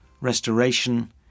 Restoration